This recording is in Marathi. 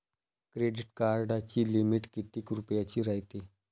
क्रेडिट कार्डाची लिमिट कितीक रुपयाची रायते?